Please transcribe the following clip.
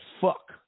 fuck